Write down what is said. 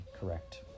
correct